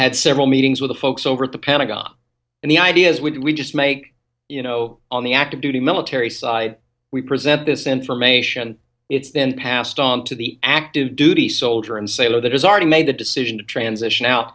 had several meetings with the folks over at the pentagon and the idea is when we just make you know on the active duty military side we present this information it's been passed on to the active duty soldier and sailor that has already made the decision to transition out